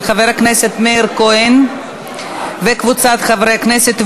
של חבר הכנסת מאיר כהן וקבוצת חברי הכנסת.